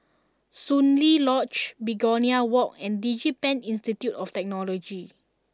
Soon Lee Lodge Begonia Walk and DigiPen Institute of Technology